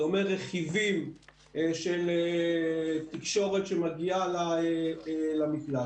זה אומר רכיבים של תקשורת שמגיעה למקלט.